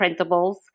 printables